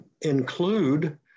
include